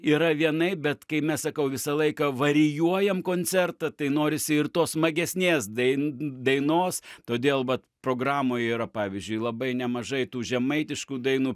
yra vienaip bet kai mes sakau visą laiką varijuojam koncertą tai norisi ir tos smagesnės dain dainos todėl vat programoj yra pavyzdžiui labai nemažai tų žemaitiškų dainų